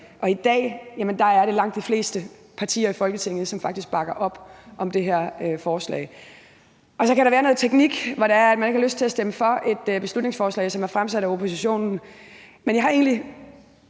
i dag er det langt de fleste partier i Folketinget, som faktisk bakker op om det her forslag. Så kan der være noget teknik, som gør, at man ikke har lyst til at stemme for et beslutningsforslag, som er fremsat af oppositionen. Men jeg har egentlig